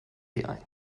ein